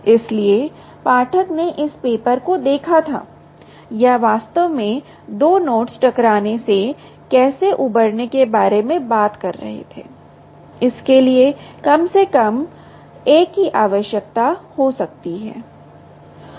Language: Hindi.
इसलिए पाठक ने इस पेपर को देखा था या वास्तव में 2 नोड्स टकराने से कैसे उबरने के बारे में बात कर रहे थे इसके लिए कम से कम एक की आवश्यकता हो सकती है